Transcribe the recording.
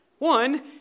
One